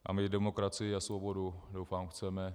A my demokracii a svobodu doufám chceme.